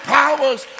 powers